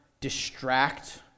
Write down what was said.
distract